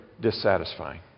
dissatisfying